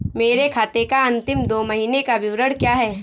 मेरे खाते का अंतिम दो महीने का विवरण क्या है?